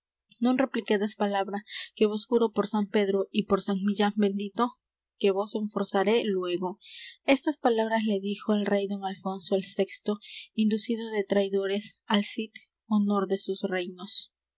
non repliquedes palabra que vos juro por san pedro y por san millán bendito que vos enforcaré luégo estas palabras le dijo el rey don alfonso el sexto inducido de traidores al cid honor de sus reinos